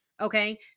okay